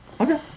Okay